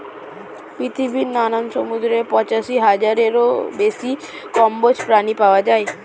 পৃথিবীর নানান সমুদ্রে পঁচাশি হাজারেরও বেশি কম্বোজ প্রাণী পাওয়া যায়